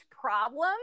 problems